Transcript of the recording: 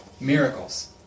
miracles